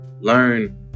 learn